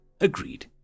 agreed